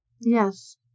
Yes